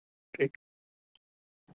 ठीक